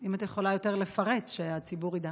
אם את יכולה יותר לפרט, שהציבור ידע,